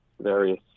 various